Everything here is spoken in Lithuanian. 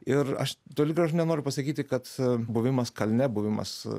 ir aš toli gražu nenoriu pasakyti kad buvimas kalne buvimas